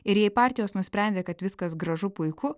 ir jei partijos nusprendė kad viskas gražu puiku